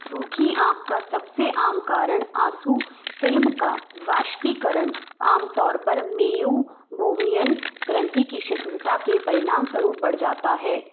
सूखी आँख का सबसे आम कारण आँसू फ़िल्म का वाष्पीकरण आमतौर पर मेयूबोहमियन ग्रँथि की शिथिलता के परिणामस्वरूप बढ़ जाता है